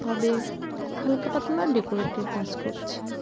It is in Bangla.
তবে হালকা পাতলা ডেকোরেটের কাজ করছি